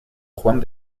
juan